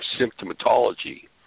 symptomatology